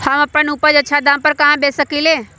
हम अपन उपज अच्छा दाम पर कहाँ बेच सकीले ह?